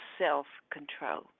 self-control